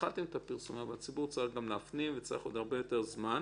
התחלתם את הפרסומים אבל הציבור צריך להפנים וצריך הרבה יותר זמן.